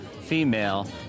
female